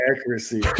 accuracy